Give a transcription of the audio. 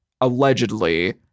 allegedly